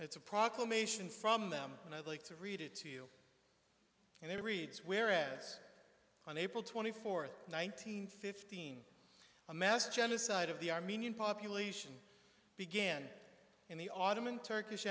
it's a proclamation from them and i'd like to read it to you and it reads whereas on april twenty fourth one nine hundred fifteen a mass genocide of the armenian population began in the ottoman turkish